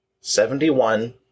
seventy-one